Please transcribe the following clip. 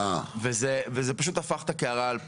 וזה פשוט הפך את הקערה על פיה.